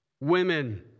women